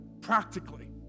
practically